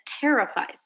terrifies